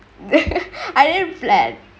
I didn't have fled